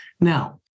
Now